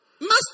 Master